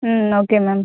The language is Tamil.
ம் ஓகே மேம்